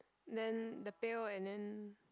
then the pail and then